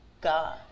God